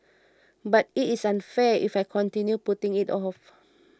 but it is unfair if I continue putting it off